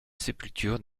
sépulture